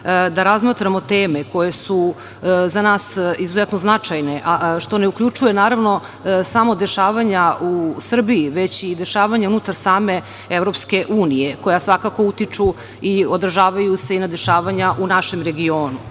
da razmatramo teme koje su za nas izuzetne značajne, a što ne uključuje, naravno, samo dešavanja u Srbiji, već i dešavanja unutar same EU, koja svakako utiču i odražavaju se i na dešavanja u našem regionu. Članstvo